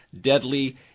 Deadly